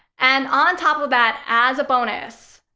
and on top of that, as a bonus,